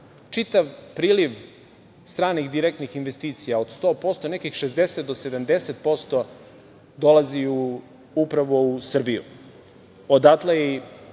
čitav priliv stranih direktnih investicija od 100% nekih 60% do 70% dolazi upravo u Srbiju. Odatle i